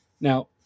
Now